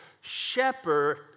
shepherd